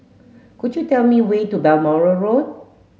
could you tell me way to Balmoral Road